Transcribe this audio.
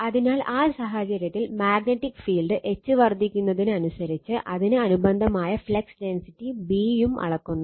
അതിനാൽ ആ സാഹചര്യത്തിൽ മാഗ്നറ്റിക് ഫീൽഡ് H വർധിക്കുന്നതിന് അനുസരിച്ച് അതിന് അനുബന്ധമായ ഫ്ലക്സ് ഡെൻസിറ്റി B യും അളക്കുന്നു